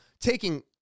taking